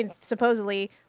supposedly